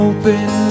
Open